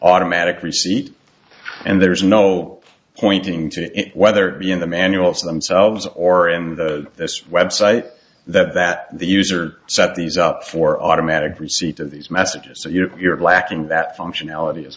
automatic receipt and there's no pointing to whether it be in the manuals themselves or and this website that that the user set these up for automatic receipt of these messages so you know if you're lacking that functionality as